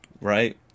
Right